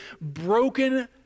broken